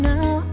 now